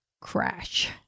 crash